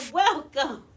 welcome